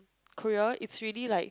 Korea is really like